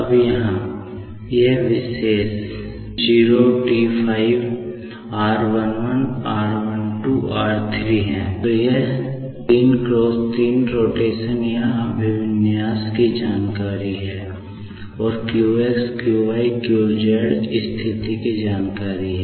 अब यहाँ यह विशेष 05T r 11 r 12 r 13 है